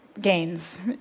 gains